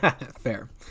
Fair